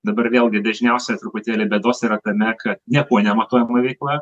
dabar vėlgi dažniausiai truputėlį bėdos yra tame kad niekuo nematuojama veikla